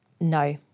No